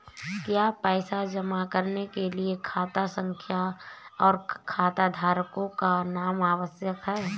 क्या पैसा जमा करने के लिए खाता संख्या और खाताधारकों का नाम आवश्यक है?